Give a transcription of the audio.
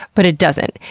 but it doesn't.